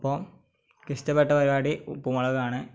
അപ്പോൾ എനിക്കിഷ്ടപ്പെട്ട പരിപാടി ഉപ്പും മുളകാണ്